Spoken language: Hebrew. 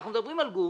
אנחנו מדברים על גוף